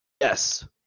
Yes